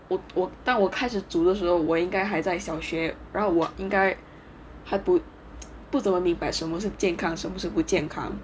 我我但我开始煮的时候我应该还在小学然后我应该还不不怎么明白什么是健康是不是不健康